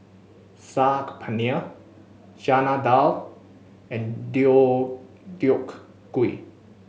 Saag Paneer Chana Dal and Deodeok Gui